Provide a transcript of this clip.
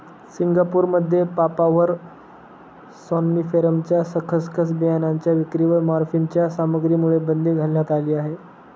सिंगापूरमध्ये पापाव्हर सॉम्निफेरमच्या खसखस बियाणांच्या विक्रीवर मॉर्फिनच्या सामग्रीमुळे बंदी घालण्यात आली आहे